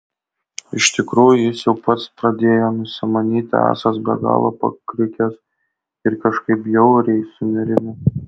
iš tikrųjų jis jau pats pradėjo nusimanyti esąs be galo pakrikęs ir kažkaip bjauriai sunerimęs